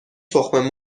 تخم